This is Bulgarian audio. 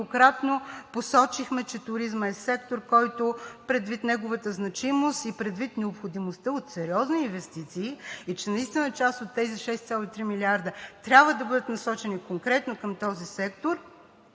многократно посочихме, че туризмът е сектор – предвид неговата значимост и предвид необходимостта от сериозни инвестиции и че наистина част от тези 6,3 милиарда трябва да бъдат насочени конкретно към този сектор,